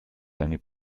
seine